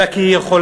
אלא כי היא יכולה,